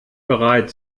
bereit